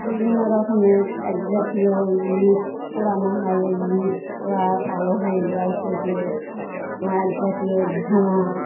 বিভিন্ন রকমের এক জাতীয় ইট পোড়ানো হয় ওই ইট পোড়া কালো হয়ে যায় সেগুলো এক জাতীয় ঝামা